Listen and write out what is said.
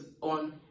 on